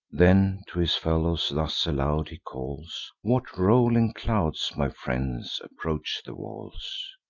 then to his fellows thus aloud he calls what rolling clouds, my friends, approach the walls?